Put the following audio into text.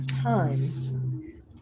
time